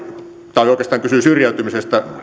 tai oikeastaan syrjäytymisestä ja vastaan